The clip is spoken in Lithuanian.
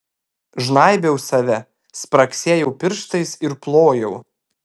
žnaibiau save spragsėjau pirštais ir plojau